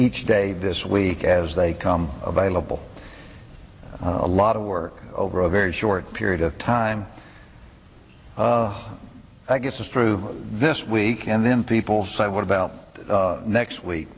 each day this week as they come available a lot of work over a very short period of time i guess is true this week and then people say what about next week